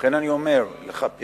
היה מנהיג כמו מנחם בגין.